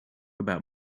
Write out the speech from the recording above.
about